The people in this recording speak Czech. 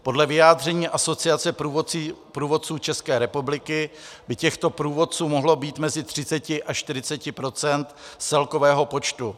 Podle vyjádření Asociace průvodců České republiky by těchto průvodců mohlo být mezi 30 až 40 procenty z celkového počtu.